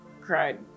cried